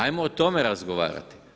Ajmo o tome razgovarati.